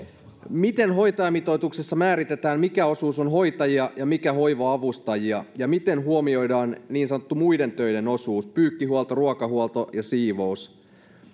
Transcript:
miten hoitajamitoituksessa määritetään mikä osuus on hoitajia ja mikä hoiva avustajia ja miten huomioidaan niin sanottu muiden töiden osuus pyykkihuolto ruokahuolto ja siivous